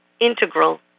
integral